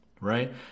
right